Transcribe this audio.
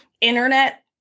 internet